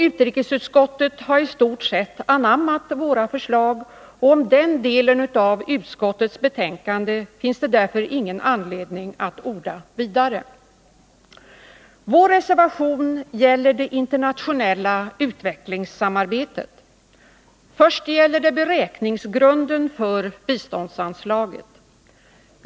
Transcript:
Utrikesutskottet har i stort sett anammat vårt förslag, och om den delen av utskottets betänkande finns därför ingen anledning att orda vidare. Vår reservation gäller det internationella utvecklingssamarbetet. Först gäller det beräkningsgrunden för biståndsanslaget.